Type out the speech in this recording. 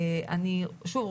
שוב,